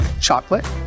chocolate